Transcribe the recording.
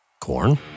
corn